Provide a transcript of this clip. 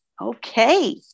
Okay